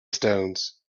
stones